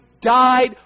died